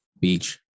Beach